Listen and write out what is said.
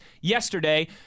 yesterday